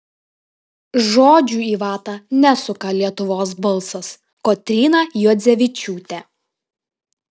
žodžių į vatą nesuka lietuvos balsas kotryna juodzevičiūtė